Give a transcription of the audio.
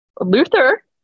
luther